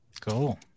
Cool